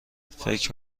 فکر